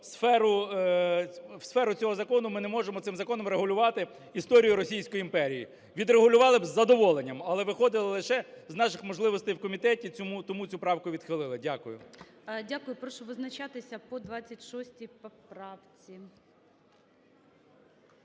що сферу цього закону… ми не можемо цим законом регулювати історію Російської імперії. Відрегулювали б із задоволенням, але виходили лише з наших можливостей в комітеті, тому цю правку відхилили. Дякую. ГОЛОВУЮЧИЙ. Дякую. Прошу визначатися по 26 поправці.